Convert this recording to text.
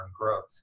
growth